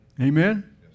Amen